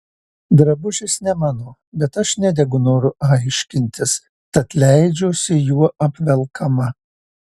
drabužis ne mano bet aš nedegu noru aiškintis tad leidžiuosi juo apvelkama